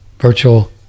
virtual